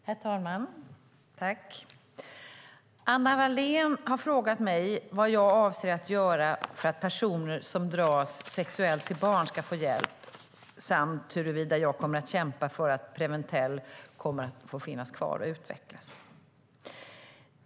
Herr talman! Anna Wallén har frågat mig vad jag avser att göra för att personer som dras sexuellt till barn ska få hjälp samt huruvida jag kommer att kämpa för att Preventell kommer att få finnas kvar och utvecklas.